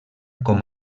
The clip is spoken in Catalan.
com